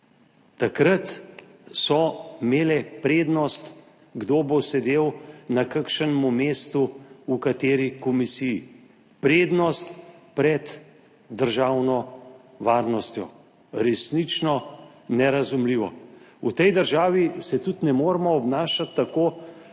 Takrat je imelo prednost, kdo bo sedel na kakšnem mestu v kateri komisiji, prednost pred državno varnostjo. Resnično nerazumljivo. V tej državi se tudi ne moremo obnašati tako,